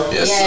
Yes